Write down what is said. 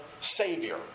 savior